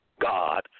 God